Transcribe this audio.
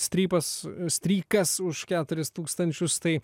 strypas strykas už keturis tūkstančius tai